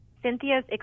Cynthia's